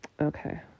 okay